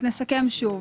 נסכם שוב.